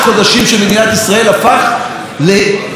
הפך לתעלול יחצני.